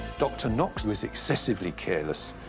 dr. knox was excessively careless.